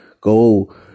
go